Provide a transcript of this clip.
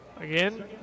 Again